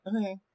okay